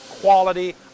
quality